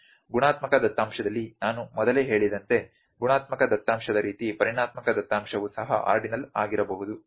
ಗುಣಾತ್ಮಕ ದತ್ತಾಂಶದಲ್ಲಿ ನಾನು ಮೊದಲೇ ಹೇಳಿದಂತೆ ಗುಣಾತ್ಮಕ ದತ್ತಾಂಶದ ರೀತಿ ಪರಿಮಾಣಾತ್ಮಕ ದತ್ತಾಂಶವೂ ಸಹ ಆರ್ಡಿನಲ್ ಆಗಿರಬಹುದು